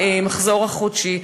את המחזור החודשי.